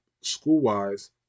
school-wise